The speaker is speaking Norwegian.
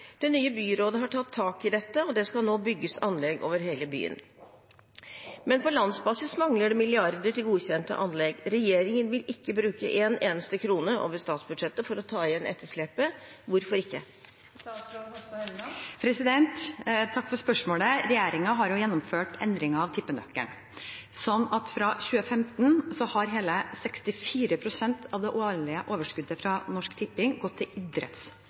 Det nye byrådet har tatt tak i dette, og det skal nå bygges anlegg over hele byen. Men på landsbasis mangler det milliarder til godkjente anlegg. Regjeringen vil ikke bruke en eneste krone over statsbudsjettet for å ta igjen etterslepet. Hvorfor ikke?» Jeg takker for spørsmålet. Regjeringen har gjennomført endringer av tippenøkkelen sånn at fra 2015 har hele 64 pst. av det årlige overskuddet fra Norsk Tipping gått til